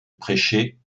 prêcher